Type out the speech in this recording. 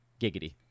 Giggity